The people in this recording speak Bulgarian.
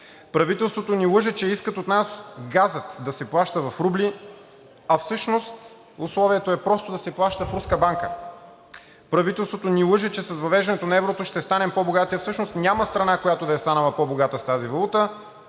Правителството ни лъже, че искат от нас газът да се плаща в рубли, а всъщност условието е просто да се плаща в руска банка. Правителството ни лъже, че с въвеждането на еврото ще станем по-богати, а всъщност няма страна, която да е станала по-богата с тази валута.